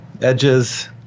edges